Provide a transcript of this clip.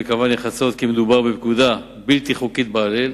קבע נחרצות כי מדובר בפקודה בלתי חוקית בעליל.